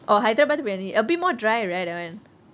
oh hyderabadi briyani uh a bit more dry right that one